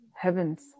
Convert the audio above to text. heavens